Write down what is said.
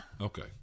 Okay